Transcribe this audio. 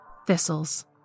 Thistles